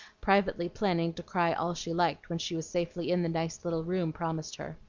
privately planning to cry all she liked when she was safely in the nice little room promised her.